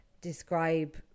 describe